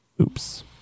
Oops